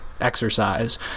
exercise